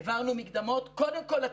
העברנו מקדמות, קודם כל לתת,